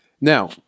Now